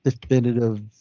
definitive